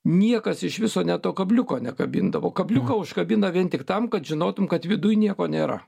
niekas iš viso ne to kabliuko nekabindavo kabliuką užkabina vien tik tam kad žinotum kad viduj nieko nėra